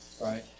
right